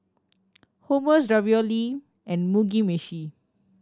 Hummus Ravioli and Mugi Meshi